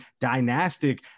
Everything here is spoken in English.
dynastic